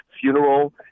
funeral